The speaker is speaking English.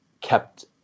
kept